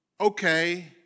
Okay